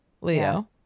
Leo